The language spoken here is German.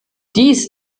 dies